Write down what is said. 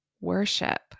worship